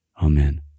Amen